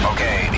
Okay